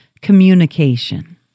communication